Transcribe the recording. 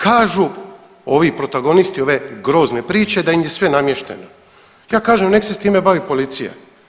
Kažu ovi protagonisti ove grozne priče da im je sve namješteno, ja kažem nek se time bavi policija.